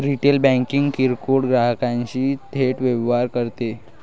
retail banking किरकोळ ग्राहकांशी थेट व्यवहार करते